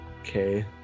Okay